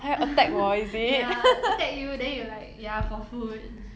ya attack you then you like ya for food